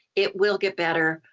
it will get better.